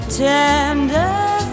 tender